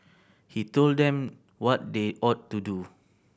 he told them what they ought to do